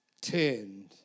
turned